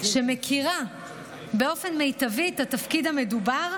שמכירה באופן מיטבי את התפקיד המדובר,